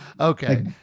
Okay